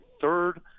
third